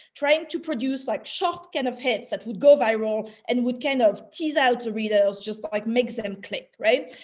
trying to produce like shock kind of hits that would go viral and would kind of tease out to readers, just like makes them click. right?